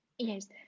Yes